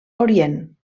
orient